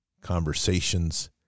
conversations